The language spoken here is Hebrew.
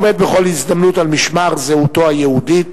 העומד בכל הזדמנות על משמר זהותו היהודית